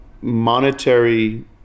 monetary